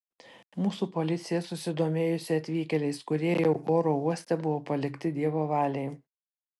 mūsų policija susidomėjusi atvykėliais kurie jau oro uoste buvo palikti dievo valiai